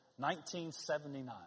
1979